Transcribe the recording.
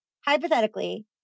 hypothetically